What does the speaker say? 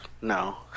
no